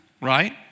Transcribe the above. right